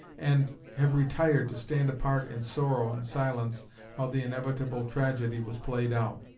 and have retired to stand apart in sorrow and silence while the inevitable tragedy was played out.